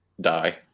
die